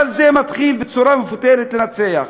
אבל זה מתחיל בצורה מפותלת לנצח.